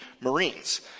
Marines